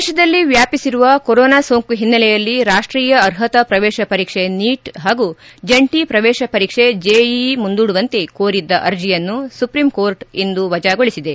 ದೇಶದಲ್ಲಿ ವ್ಯಾಪಿಸಿರುವ ಕೊರೋನಾ ಸೋಂಕು ಹಿನ್ನೆಲೆಯಲ್ಲಿ ರಾಷ್ಟೀಯ ಅರ್ಹತಾ ಪ್ರವೇಶ ಪರೀಕ್ಷೆ ನೀಟ್ ಹಾಗೂ ಜಂಟಿ ಪ್ರವೇಶ ಪರೀಕ್ಷೆ ಜೆಇಇ ಮುಂದೂಡುವಂತೆ ಕೋರಿದ್ದ ಅರ್ಜೆಯನ್ನು ಸುಪ್ರೀಂಕೋರ್ಟ್ ಇಂದು ವಜಾಗೊಳಿಸಿದೆ